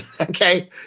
Okay